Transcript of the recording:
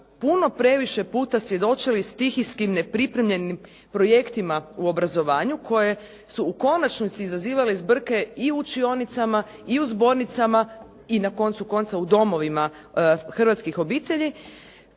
puno previše puta svjedočili stihijskim nepripremljenim projektima u obrazovanju koje su u konačnici izazivale zbrke i u učionicama i u zbornicama i na koncu konca u domovima hrvatskih obitelji.